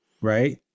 Right